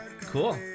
Cool